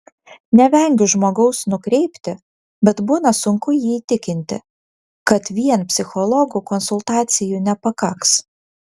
nevengiu žmogaus nukreipti bet būna sunku jį įtikinti kad vien psichologų konsultacijų nepakaks